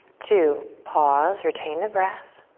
two, pause, retain the breath.